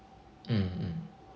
mm mm